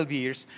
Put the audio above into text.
years